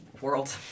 world